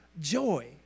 joy